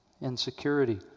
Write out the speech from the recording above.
Insecurity